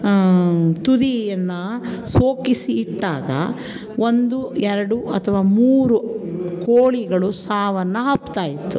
ತುದಿಯನ್ನು ಸೋಕಿಸಿ ಇಟ್ಟಾಗ ಒಂದು ಎರಡು ಅಥವಾ ಮೂರು ಕೋಳಿಗಳು ಸಾವನ್ನು ಅಪ್ಪುತ್ತಾ ಇತ್ತು